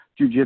jujitsu